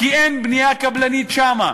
כי אין בנייה קבלנית שם.